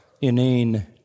inane